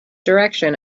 direction